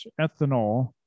ethanol